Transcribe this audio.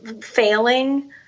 failing